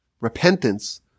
Repentance